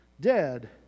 dead